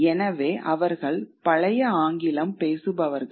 எனவே அவர்கள் பழைய ஆங்கிலம் பேசுபவர்கள்